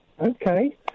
Okay